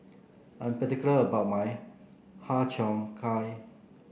I'm particular about my Har Cheong Gai